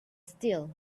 still